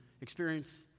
experience